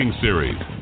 Series